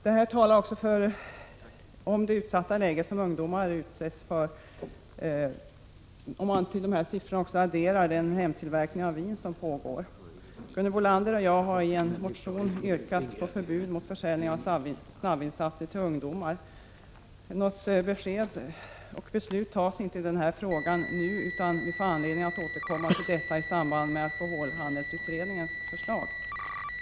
Om man till dessa siffror också adderar den hemtillverkning av vin som pågår framgår än tydligare det utsatta läge som ungdomar befinner sig i. Gunhild Bolander och jag har i en motion yrkat på förbud mot försäljning av snabbvinssatser till ungdomar. Något besked ges inte och något förslag till beslut lämnas inte i denna fråga nu, utan det hänvisas till att vi får anledning att återkomma till detta i samband med alkoholhandelsutredningens förslag.